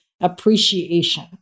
appreciation